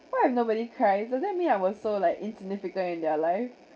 what if nobody cries does that mean I was so like insignificant in their life